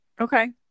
Okay